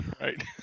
Right